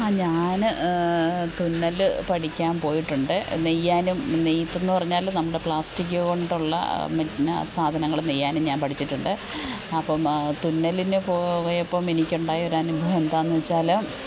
അ ഞാന് തുന്നല് പഠിക്കാന് പോയിട്ടുണ്ട് നെയ്യാനും നെയ്ത്തെന്ന് പറഞ്ഞാല് നമ്മുടെ പ്ലാസ്റ്റിക് കൊണ്ടുള്ള പിന്നെ സാധനങ്ങള് നെയ്യാനും ഞാന് പഠിച്ചിട്ടുണ്ട് അപ്പോള് തുന്നലിന് പോയപ്പോള് എനിക്കുണ്ടായൊരനുഭവം എന്താണെന്നുവച്ചാല്